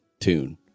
tune